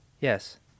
Yes